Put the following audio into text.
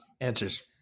answers